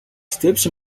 steps